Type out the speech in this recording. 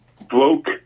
broke